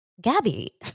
Gabby